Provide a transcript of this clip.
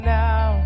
now